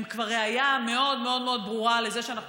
הם כבר ראיה מאוד מאוד ברורה לזה שאנחנו